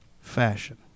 fashion